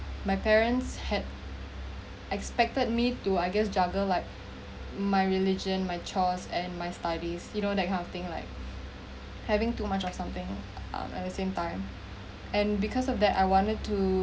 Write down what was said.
my parents had expected me to ideas juggle like my religion my chores and my studies you know that kind of thing like having too much of something um at the same time and because of that I wanted to